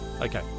Okay